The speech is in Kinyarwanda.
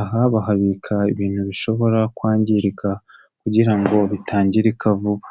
aha bahabika ibintu bishobora kwangirika kugira ngo bitangirika vuba.